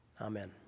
Amen